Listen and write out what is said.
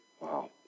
Wow